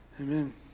Amen